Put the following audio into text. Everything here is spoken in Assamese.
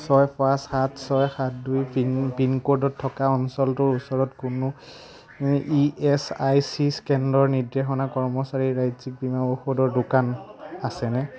ছয় পাঁচ সাত ছয় সাত দুই পিন পিনক'ডত থকা অঞ্চলটোৰ ওচৰত কোনো ই এছ আই চি কেন্দ্ৰৰ নিৰ্দেশনা কৰ্মচাৰীৰ ৰাজ্যিক বীমা ঔষধৰ দোকান আছেনে